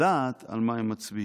לדעת על מה הם מצביעים.